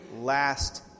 last